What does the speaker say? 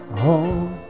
home